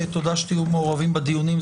תודה שתהיו מעורבים בדיונים,